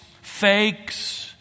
fakes